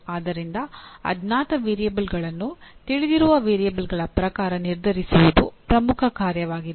ಆದ್ದರಿಂದ ಅಜ್ಞಾತ ವೇರಿಯಬಲ್ಗಳನ್ನು ತಿಳಿದಿರುವ ವೇರಿಯಬಲ್ಗಳ ಪ್ರಕಾರ ನಿರ್ಧರಿಸುವುದು ಪ್ರಮುಖ ಕಾರ್ಯವಾಗಿದೆ